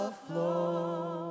flow